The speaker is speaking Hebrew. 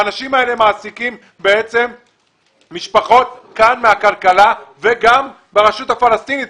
האנשים האלה מעסיקים משפחות וגם ברשות הפלסטינית.